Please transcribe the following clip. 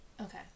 Okay